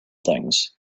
things